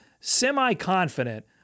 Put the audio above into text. semi-confident